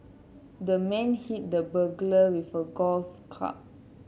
the man hit the burglar with a golf club